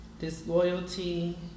disloyalty